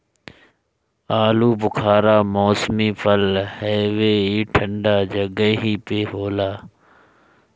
आलूबुखारा मौसमी फल हवे ई ठंडा जगही पे होला